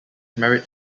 married